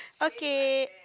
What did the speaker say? okay